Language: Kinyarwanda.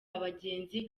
abagenzi